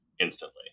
instantly